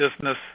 business